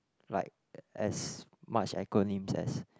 like as much acronyms as